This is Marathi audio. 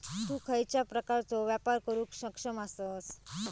तु खयच्या प्रकारचो व्यापार करुक सक्षम आसस?